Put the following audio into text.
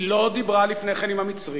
היא לא דיברה לפני כן עם המצרים,